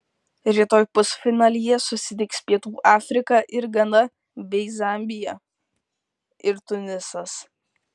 rytoj pusfinalyje susitiks pietų afrika ir gana bei zambija ir tunisas